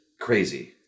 crazy